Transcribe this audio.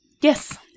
Yes